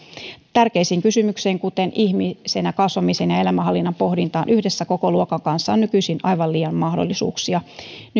tärkeisiin kysymyksiin kuten ihmisenä kasvamisen ja elämänhallinnan pohdintaan yhdessä koko luokan kanssa on nykyisin aivan liian vähän mahdollisuuksia